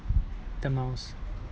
the miles